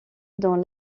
dans